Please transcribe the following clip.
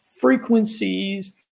frequencies